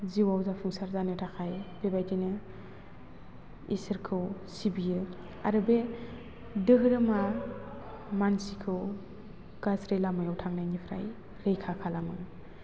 जिउआव जाफुंसार जानो थाखाय बेबायदिनो इसोरखौ सिबियो आरो बे दोहोरोमा मानसिखौ गाज्रि लामायाव थांनायनिफ्राइ रैखा खालामो